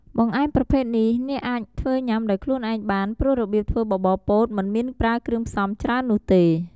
បង្អែមប្រភេទនេះអ្នកអាចធ្វើញ៉ាំដោយខ្លួនឯងបាន ព្រោះរបៀបធ្វើបបរពោតមិនមានប្រើគ្រឿងផ្សំច្រើននោះទេ។